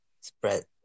spread